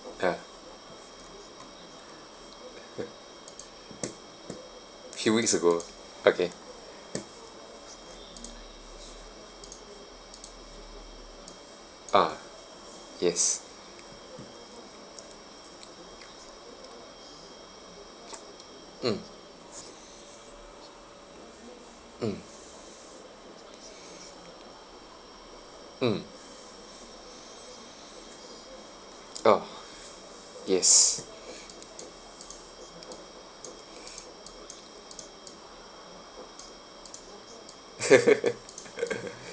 ah few weeks ago okay ah yes mm mm mm ah yes